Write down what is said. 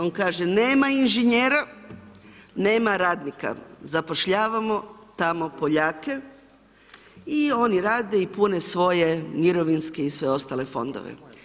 On kaže nema inženjera, nema radnika, zapošljavamo tamo Poljake i oni rade i pune svoje mirovinske i sve ostale fondove.